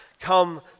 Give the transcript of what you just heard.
come